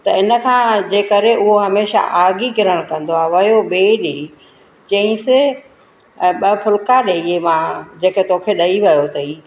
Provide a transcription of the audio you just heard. त इन खां जे करे उहो हमेशा आग ई किरण कंदो आहे वियो ॿेई ॾींहं चईंसि ॿ फुलिका ॾेई जंहिं मां जेके तोखे ॾेई वियो अथईं